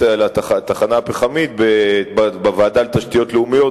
לתחנה הפחמית בוועדה לתשתיות לאומיות,